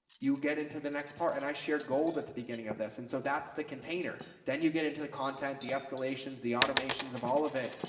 you get into the next part. and i shared gold at the beginning of this. and so that's the container. then you get into the content, the escalations, the automations of all of it.